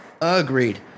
Agreed